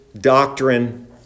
doctrine